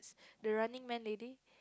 the Running-Man lady